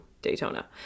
daytona